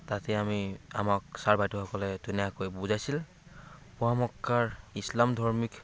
তাতে আমি আমাক ছাৰ বাইদেউসকলে ধুনীয়াকৈ বুজাইছিল পোৱামক্কাৰ ইছলামধৰ্মীক